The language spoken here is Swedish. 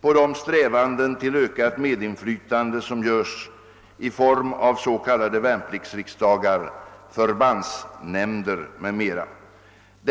på de strävanden till ökat medinflytande som görs i form av s.k. värnpliktsriksdagar, förbandsnämnder m.m.